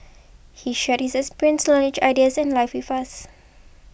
he shared his experience knowledge ideas and life with us